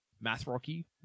math-rocky